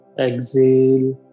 exhale